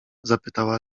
zapytała